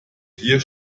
hier